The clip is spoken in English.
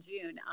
June